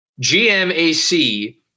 GMAC